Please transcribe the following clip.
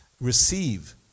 receive